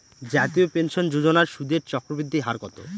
জাতীয় পেনশন যোজনার সুদের চক্রবৃদ্ধি হার কত?